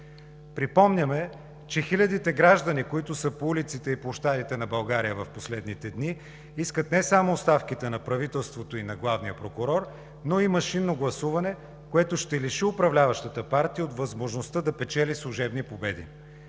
Припомняме, че хилядите граждани, които са по улиците и площадите на България в последните дни, искат не само оставките на правителството и на главния прокурор, но и машинното гласуване, което ще лиши управляващата партия от възможността да печели служебни победи.